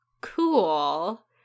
cool